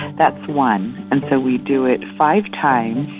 that's one. and so we do it five times